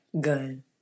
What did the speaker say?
Good